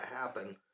happen